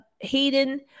Hayden